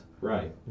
Right